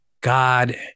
God